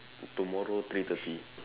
tomorrow three thirty